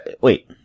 wait